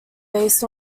based